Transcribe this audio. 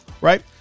Right